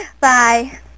Bye